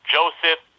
Joseph